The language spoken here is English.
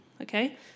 okay